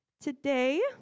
Today